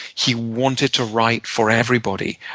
he wanted to write for everybody.